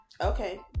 Okay